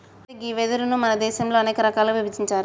అయితే గీ వెదురును మన దేసంలో అనేక రకాలుగా ఇభజించారు